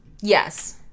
Yes